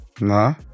no